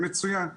מצוין,